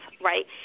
right